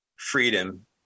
Freedom